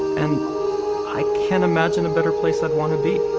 and i can't imagine a better place i'd want to be.